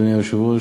אדוני היושב-ראש,